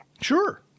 Sure